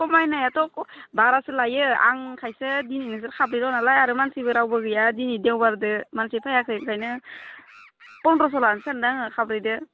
खमायनायाथ' बारासो लायो आंखायसो दिनै नोंसोर साब्रैल' नालाय आरो मानसिबो रावबो गैया दिनै देवबारसो मानसि फैयाखै ओंखायनो पन्द्रश' लानो सानदों आङो खाब्रैदो